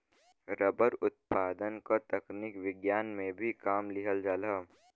rubber उत्पादन क तकनीक विज्ञान में भी काम लिहल जाला